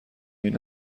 این